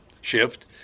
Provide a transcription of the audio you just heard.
shift